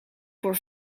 voor